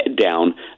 down